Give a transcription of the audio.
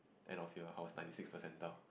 end of year I was ninety six percentile